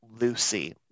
Lucy